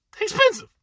expensive